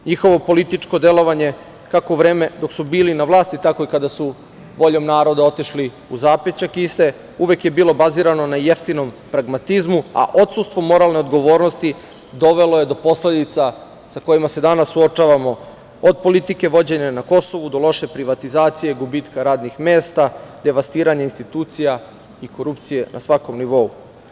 Njihovo političko delovanje, kako u vreme dok su bili na vlasti, tako i kada su voljom naroda otišli u zapećak iste, uvek je bilo bazirano na jeftinom pragmatizmu, a odsustvo moralne odgovornosti dovelo je do posledica sa kojima se danas suočavamo, od politike vođene na Kosovu, do loše privatizacije, gubitka radnih mesta, devastiranja institucija i korupcije na svakom nivou.